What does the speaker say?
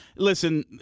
Listen